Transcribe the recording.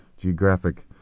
geographic